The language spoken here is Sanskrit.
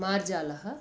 मार्जालः